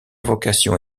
vocation